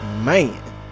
Man